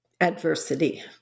Adversity